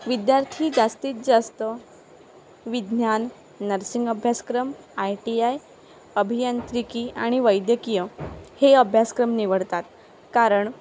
विद्यार्थी जास्तीत जास्त विज्ञान नर्सिंग अभ्यासक्रम आय टी आय अभियांत्रिकी आणि वैद्यकीय हे अभ्यासक्रम निवडतात कारण